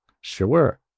Sure